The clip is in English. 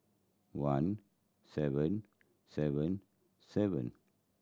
one seven seven seven